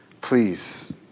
please